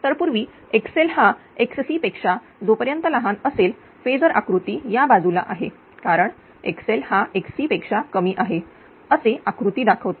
तर पूर्वी xl हा xc पेक्षा जोपर्यंत लहान असेल फेजर आकृती या बाजूला आहे कारण xl हा xc पेक्षा कमी आहे असे आकृती दाखवते